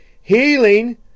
Healing